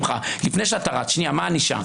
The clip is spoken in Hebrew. לפני שאתה רץ מה הענישה?